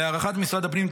להערכת משרד הפנים,